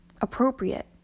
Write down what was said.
appropriate